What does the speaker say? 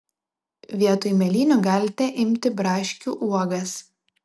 vietoj mėlynių galite imti braškių uogas